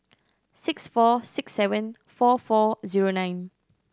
six four six seven four four zero nine